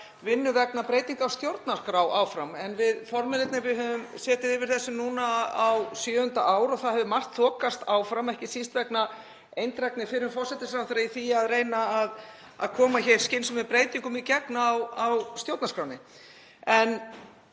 vinnu vegna breytinga á stjórnarskrá áfram. Við formennirnir höfum setið yfir þessu núna á sjöunda ár og það hefur margt þokast áfram, ekki síst vegna eindrægni fyrrum forsætisráðherra í því að reyna að koma skynsamlegum breytingum í gegn á stjórnarskránni. En